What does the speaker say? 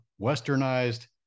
westernized